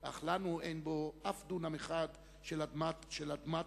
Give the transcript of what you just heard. אך לנו אין בו אף דונם אחד של אדמת גאולה.